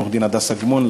עו"ד הדס אגמון,